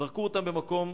זרקו אותם במקום.